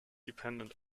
dependent